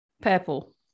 Purple